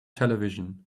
television